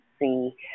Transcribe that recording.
see